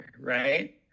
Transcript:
Right